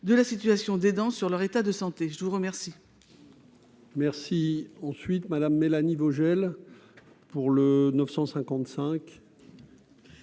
de la situation des dents sur leur état de santé, je vous remercie.